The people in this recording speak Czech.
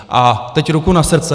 A teď ruku na srdce.